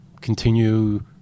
continue